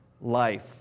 life